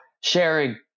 sharing